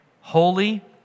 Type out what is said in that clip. holy